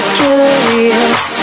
curious